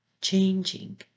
changing